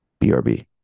brb